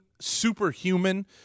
superhuman